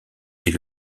est